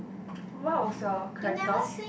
what was your character